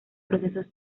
procesos